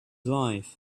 life